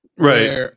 right